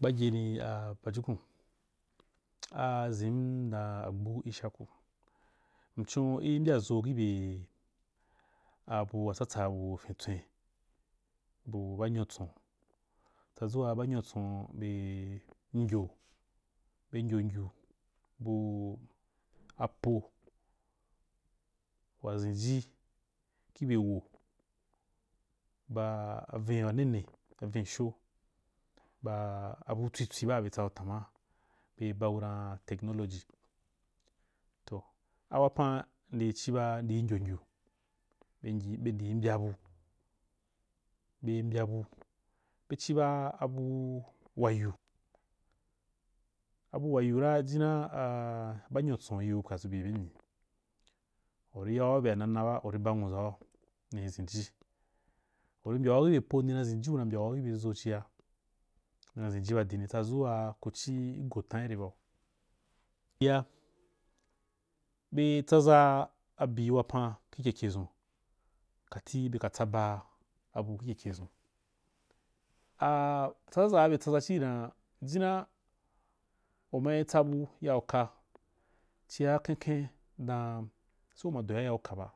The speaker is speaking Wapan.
Gbagyeni qapajukuu azem ndau agbu ishaku ma chon i mbyazo kibyee aburtsatsa bu, akentwe bu banyatsan tsazau ba nyatson bei gyo, bei ngyogy bu apo wa zinji kibyewo baa ovem wa nene ba vensha baa autsuwitwo baa bestav tama bei baku dan a technology, toh awapan ndizhibaa ndii ngyongyu begii-bendii mbya bei mbyaabu bechiba abuu wayu abuwamyura jiane aa bantsaa yiu ka senbi imyi. uri yau bea nanaba uri ba nwuzau nii zenji unam bua ubezo chia nina zenji ba dini tsazuwa kuxh go tan ire bau, a be tsaza abi wapan kha kekezun kati beka tsabaa abu khi kekezun a-tsaza-zaa be tsaza chii dana jinua umai tsabu yau uka uka chia khemkhese uma do yayyai ukaba,